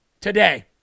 today